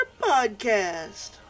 Podcast